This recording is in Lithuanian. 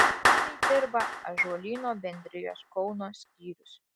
aktyviai dirba ąžuolyno bendrijos kauno skyrius